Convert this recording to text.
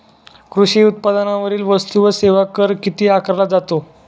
कृषी उत्पादनांवरील वस्तू व सेवा कर किती आकारला जातो?